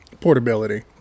portability